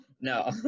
No